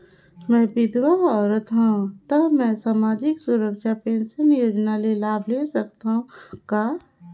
मैं विधवा औरत हवं त मै समाजिक सुरक्षा पेंशन योजना ले लाभ ले सकथे हव का?